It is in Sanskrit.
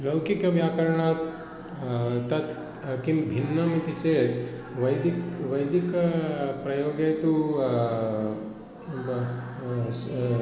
लौकिकव्याकरणात् तत् किं भिन्नम् इति चेत् वैदिकः वैदिकः प्रयोगे तु ब् स्